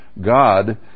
God